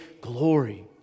glory